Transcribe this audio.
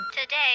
Today